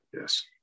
Yes